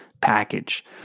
Package